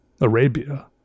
Arabia